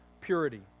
purity